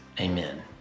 Amen